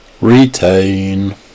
Retain